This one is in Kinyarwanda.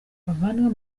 bavandimwe